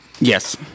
Yes